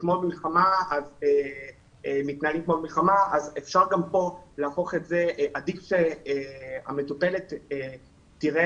וכמו שבמלחמה מתנהלים כמו במלחמה אז גם פה עדיף שהמטופלת תראה